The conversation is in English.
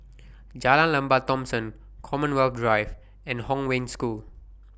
Jalan Lembah Thomson Commonwealth Drive and Hong Wen School